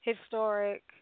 historic